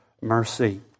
mercy